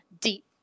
deep